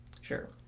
sure